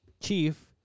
Chief